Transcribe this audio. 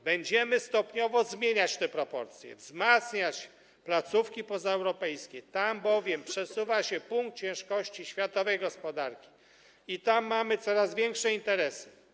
Będziemy stopniowo zmieniać te proporcje, wzmacniać placówki pozaeuropejskie, tam bowiem przesuwa się punkt ciężkości światowej gospodarki i tam mamy coraz większe interesy.